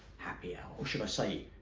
happy hour, or should i say,